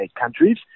countries